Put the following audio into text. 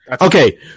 Okay